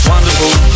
Wonderful